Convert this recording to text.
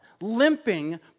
limping